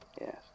Yes